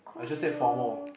I just say formal